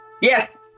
Yes